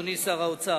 אדוני שר האוצר,